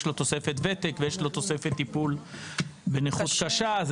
לו תוספת ותק או תוספת טיפול בנכות קשה.